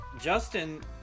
Justin